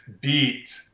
beat